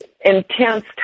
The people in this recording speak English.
intense